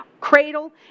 cradle